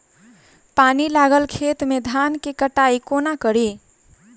पानि लागल खेत मे धान केँ कटाई कोना कड़ी?